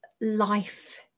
life